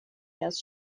ряд